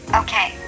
okay